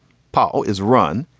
paul is run.